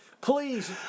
please